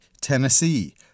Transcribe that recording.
Tennessee